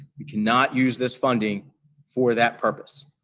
we cannot use this funding for that purpose.